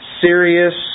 serious